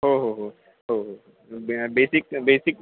हो हो हो हो हो बेसिक बेसिक